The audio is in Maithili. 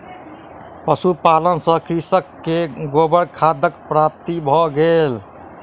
पशुपालन सॅ कृषक के गोबर खादक प्राप्ति भ गेल